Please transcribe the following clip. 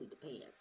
depends